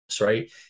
right